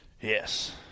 Yes